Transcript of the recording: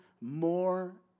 more